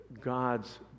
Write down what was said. God's